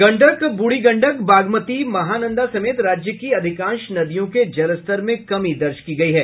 गंड़क बूढ़ी गंडक बागमती महानंदा समेत राज्य की अधिकांश नदियों के जलस्तर में कमी दर्ज की गयी है